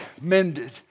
mended